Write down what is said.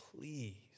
please